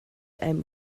einem